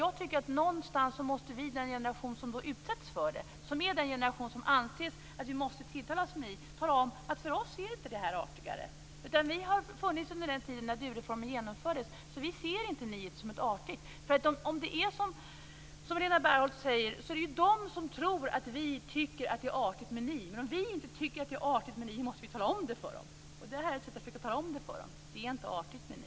Jag tycker att vi i den generation som utsätts för det, som är i den generation att det anses att vi måste tilltalas med ni, måste tala om att för oss är det inte artigare. Vi har funnits under den tiden när du-reformen genomfördes. Vi ser inte niandet som artigt. Om det är som Helena Bargholtz säger är det de unga som tror att det är vi som tycker att det är artigt med ni. Men om vi inte tycker att det är artigt med ni måste vi tala om det för dem. Det här är ett sätt att försöka tala om det för dem. Det är inte artigt med ni.